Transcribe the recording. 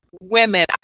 women